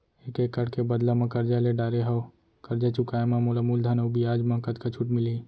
एक एक्कड़ के बदला म करजा ले डारे हव, करजा चुकाए म मोला मूलधन अऊ बियाज म कतका छूट मिलही?